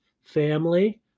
family